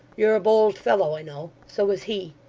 you're a bold fellow i know. so is he.